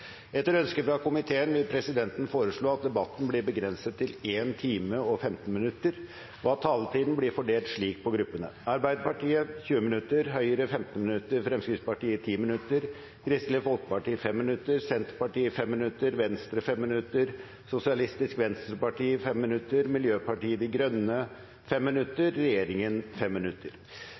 Etter ønske fra kirke-, utdannings- og forskningskomiteen vil presidenten foreslå at debatten blir begrenset til 1 time og 15 minutter, og at taletiden blir fordelt slik på gruppene: Arbeiderpartiet 20 minutter, Høyre 15 minutter, Fremskrittspartiet 10 minutter, Kristelig Folkeparti 5 minutter, Senterpartiet 5 minutter, Venstre 5 minutter, Sosialistisk Venstreparti 5 minutter, Miljøpartiet De Grønne 5 minutter og regjeringen 5 minutter.